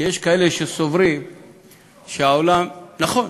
כי יש כאלה שסוברים שהעולם, נכון,